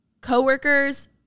coworkers